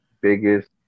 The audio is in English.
biggest